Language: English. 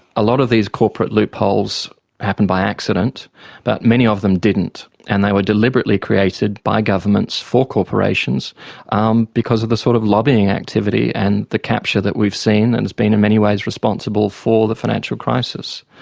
a lot of these corporate loopholes happened by accident but many of them didn't, and they were deliberately created by governments for corporations um because of the sort of lobbying activity and the capture that we've seen that and has been in many ways responsible for the financial crisis.